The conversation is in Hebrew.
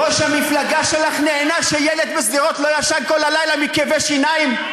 ראש המפלגה שלך נהנה שילד בשדרות לא ישן כל הלילה מכאבי שיניים?